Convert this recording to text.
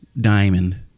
diamond